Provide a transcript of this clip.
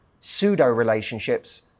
pseudo-relationships